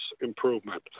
improvement